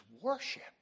worship